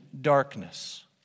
darkness